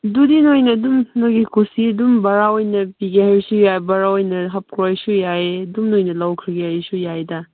ꯑꯗꯨꯗꯤ ꯅꯣꯏꯅ ꯑꯗꯨꯝ ꯅꯣꯏꯒꯤ ꯈꯨꯁꯤ ꯑꯗꯨꯝ ꯚꯔꯥ ꯑꯣꯏꯅ ꯄꯤꯒꯦ ꯍꯥꯏꯔꯁꯨ ꯌꯥꯏ ꯚꯔꯥ ꯑꯣꯏꯅ ꯍꯥꯞꯈ꯭ꯔꯣ ꯍꯥꯏꯔꯁꯨ ꯌꯥꯏꯌꯦ ꯑꯗꯨꯝ ꯅꯈꯣꯏꯅ ꯂꯧꯈ꯭ꯔꯒꯦ ꯍꯥꯏꯔꯁꯨ ꯌꯥꯏꯗ